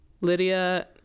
lydia